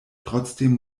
trotzdem